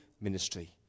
ministry